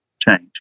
change